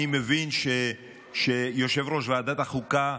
אני מבין שיושב-ראש ועדת החוקה,